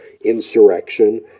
insurrection